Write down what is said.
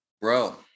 Bro